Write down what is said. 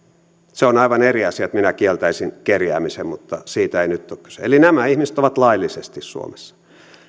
se on aivan eri asia että minä kieltäisin kerjäämisen mutta siitä ei nyt ole kyse eli nämä ihmiset ovat laillisesti suomessa